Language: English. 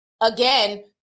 again